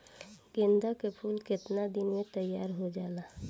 गेंदा के फूल केतना दिन में तइयार हो जाला?